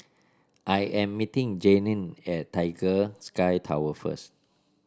I am meeting Jayne at Tiger Sky Tower first